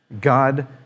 God